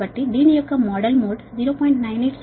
కాబట్టి దీని యొక్క మోడల్ మోడ్ 0